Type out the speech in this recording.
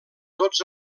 tots